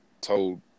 told